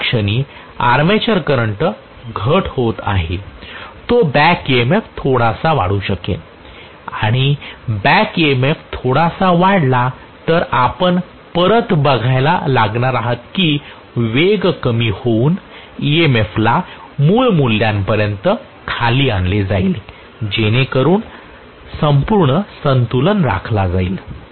ज्या क्षणी armature current घट होत आहे तो बॅक EMF थोडासा वाढू शकेल आणि बॅक EMF थोडासा वाढला तर आपण परत बघायला लागणार आहात की वेग कमी होऊन EMF ला मूळ मूल्यापर्यंत खाली आणले जाईल जेणेकरून संपूर्ण संतुलन राखला जाईल